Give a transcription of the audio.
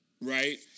right